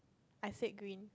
I said green